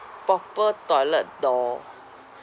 proper toilet door